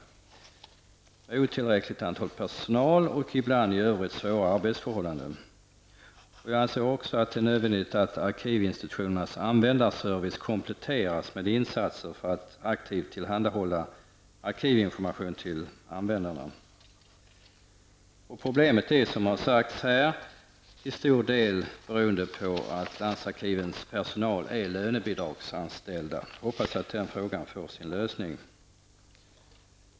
Man har ett otillräckligt antal anställda och ibland i övrigt svåra arbetsförhållanden. Jag anser också att det är nödvändigt att arkivinstitutionernas användarservice kompletteras med insatser för att aktivt tillhandahålla arkivinformation till användarna. Problemet är till stor del, vilket har sagts här tidigare, att landsarkivens personal är lönebidragsanställd. Jag hoppas att den frågan får sin lösning.